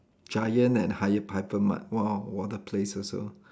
Giant and higher hyper mart !wow! what a place also